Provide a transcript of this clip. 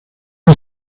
you